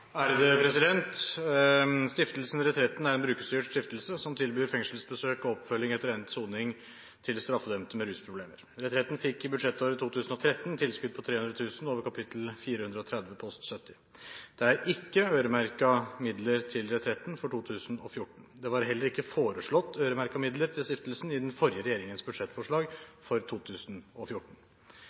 Stiftelsen Retretten er en brukerstyrt stiftelse som tilbyr fengselsbesøk og oppfølging etter endt soning til straffedømte med rusproblemer. Retretten fikk i budsjettåret 2013 tilskudd på 300 000 kr over kapittel 430, post 70. Det er ikke øremerket midler til Retretten for 2014. Det var heller ikke foreslått øremerkede midler til stiftelsen i den forrige regjeringens budsjettforslag for 2014.